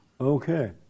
Okay